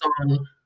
on